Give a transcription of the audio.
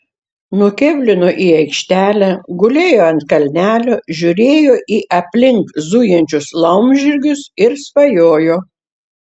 nukėblino į aikštelę gulėjo ant kalnelio žiūrėjo į aplink zujančius laumžirgius ir svajojo